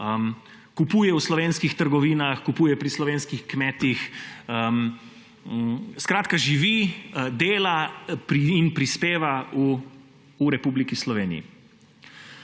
kupuje v slovenskih trgovinah, kupuje pri slovenskih kmetih. Skratka, živi, dela in prispeva v Republiki Sloveniji.